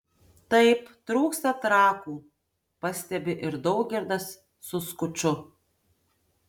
taip trūksta trakų pastebi ir daugirdas su skuču